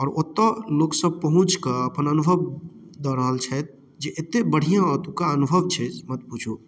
आओर ओतऽ लोक सभ पहुँच कऽ अपन अनुभव दऽ रहल छथि जे एते बढ़िऑं ओतुका अनुभव छै मत पुछू